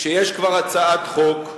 כשיש כבר הצעת חוק,